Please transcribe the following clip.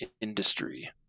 industry